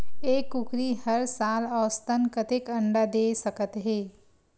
एक कुकरी हर साल औसतन कतेक अंडा दे सकत हे?